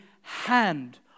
hand